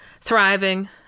thriving